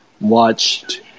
watched